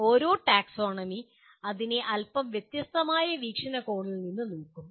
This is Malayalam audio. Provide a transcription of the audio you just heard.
ഓരോ ടാക്സോണമി അതിനെ അല്പം വ്യത്യസ്തമായ വീക്ഷണകോണിൽ നിന്ന് നോക്കും